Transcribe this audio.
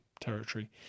territory